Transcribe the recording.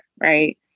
right